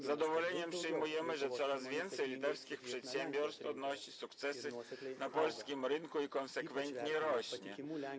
Z zadowoleniem zauważamy, że coraz więcej litewskich przedsiębiorstw odnosi sukcesy na polskim rynku i konsekwentnie się rozwija.